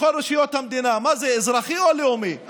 בכל רשויות המדינה, מה זה, אזרחי או לאומי?